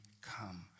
come